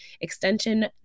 extension